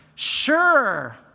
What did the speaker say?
Sure